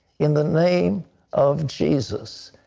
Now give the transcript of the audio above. in the name of jesus.